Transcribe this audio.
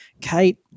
Kate